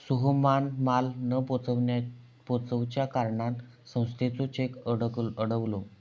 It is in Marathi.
सोहमान माल न पोचवच्या कारणान संस्थेचो चेक अडवलो